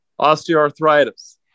osteoarthritis